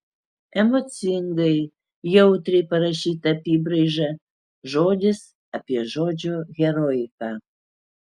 emocingai jautriai parašyta apybraiža žodis apie žodžio heroiką